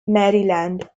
maryland